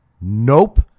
Nope